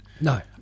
no